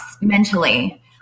mentally